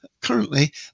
currently